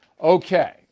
Okay